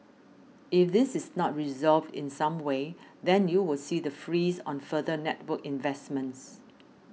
if this is not resolved in some way then you will see the freeze on further network investments